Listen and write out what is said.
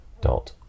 dot